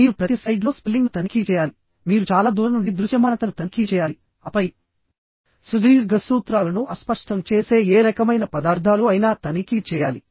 మీరు ప్రతి స్లైడ్లో స్పెల్లింగ్ను తనిఖీ చేయాలి మీరు చాలా దూరం నుండి దృశ్యమానతను తనిఖీ చేయాలి ఆపై సుదీర్ఘ సూత్రాలను అస్పష్టం చేసే ఏ రకమైన పదార్థాలు అయినా తనిఖీ చేయాలి